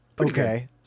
Okay